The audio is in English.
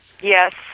Yes